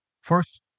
First